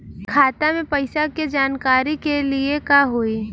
खाता मे पैसा के जानकारी के लिए का होई?